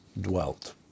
dwelt